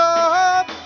up